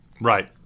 right